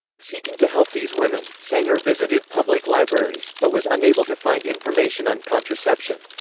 seeking to help these women, sanger visited public libraries, but was unable to find information on contraception.